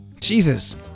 Jesus